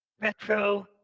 retro